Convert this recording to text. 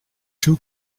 two